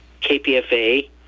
KPFA